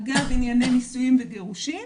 הגם ענייני נישואים וגירושים,